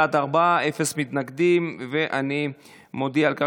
להעביר את הצעת חוק המסייעים לנטרול תוצאות אסון